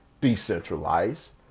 decentralized